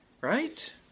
right